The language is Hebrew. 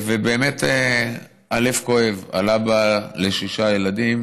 ובאמת הלב כואב על אבא לשישה ילדים